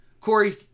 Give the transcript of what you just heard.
Corey